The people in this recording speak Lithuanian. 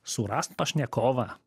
surast pašnekovą